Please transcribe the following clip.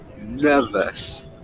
Nervous